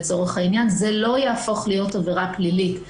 זה לא יהפוך להיות עבירה פלילית.